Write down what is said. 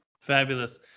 Fabulous